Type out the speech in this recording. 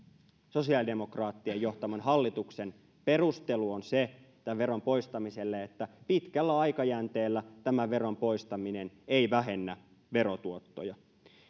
sosiaalidemokraattien johtaman hallituksen perustelu tämän veron poistamiselle on se että pitkällä aikajänteellä tämän veron poistaminen ei vähennä verotuottoja